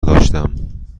داشتم